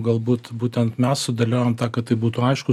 galbūt būtent mes sudėliojom tą kad tai būtų aišku